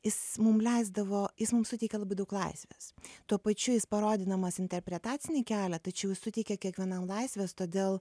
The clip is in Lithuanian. jis mum leisdavo jis mum suteikė labai daug laisvės tuo pačiu jis parodydamas interpretacinį kelią tačiau suteikia kiekvienam laisvės todėl